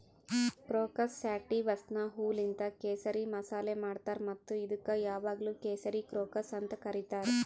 crocus ಸ್ಯಾಟಿವಸ್ನ ಹೂವೂಲಿಂತ್ ಕೇಸರಿ ಮಸಾಲೆ ಮಾಡ್ತಾರ್ ಮತ್ತ ಇದುಕ್ ಯಾವಾಗ್ಲೂ ಕೇಸರಿ ಕ್ರೋಕಸ್ ಅಂತ್ ಕರಿತಾರ್